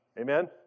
Amen